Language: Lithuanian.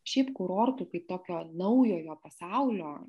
šiaip kurortų kaip tokio naujojo pasaulio